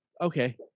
okay